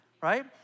right